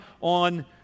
on